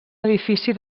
edifici